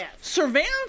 surveillance